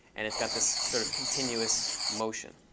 and it's got this sort of continuous motion.